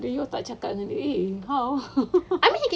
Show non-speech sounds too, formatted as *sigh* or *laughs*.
then you tak cakap dengan dia eh how ah *laughs*